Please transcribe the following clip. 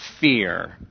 fear